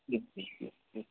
ठीक ठीक